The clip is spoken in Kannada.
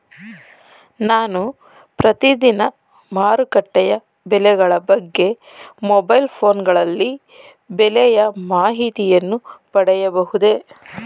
ನಾನು ಪ್ರತಿದಿನ ಮಾರುಕಟ್ಟೆಯ ಬೆಲೆಗಳ ಬಗ್ಗೆ ಮೊಬೈಲ್ ಫೋನ್ ಗಳಲ್ಲಿ ಬೆಲೆಯ ಮಾಹಿತಿಯನ್ನು ಪಡೆಯಬಹುದೇ?